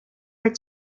are